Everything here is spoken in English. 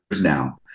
now